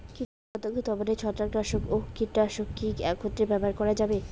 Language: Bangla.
কীটপতঙ্গ দমনে ছত্রাকনাশক ও কীটনাশক কী একত্রে ব্যবহার করা যাবে?